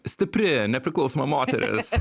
stipri nepriklausoma moteris